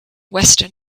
western